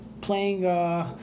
playing